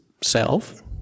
self